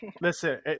listen